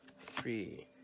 three